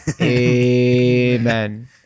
amen